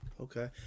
Okay